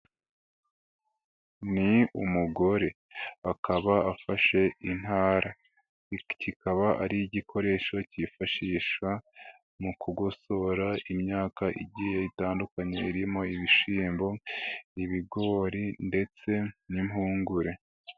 Ni umugore akaba afashe intara, iki kikaba ari igikoresho cyifashishwa mu kugosora imyaka igiye itandukanye irimo ibishyimbo, ibigori ndetse n'impungure.